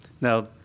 now